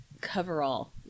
coverall